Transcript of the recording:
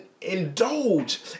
indulge